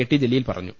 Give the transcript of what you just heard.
T Jaleel പറഞ്ഞു